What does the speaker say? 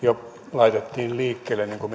laitettiin liikkeelle niin kuin